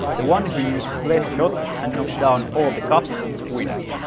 the one who uses less shots and knocks down all the cups, wins!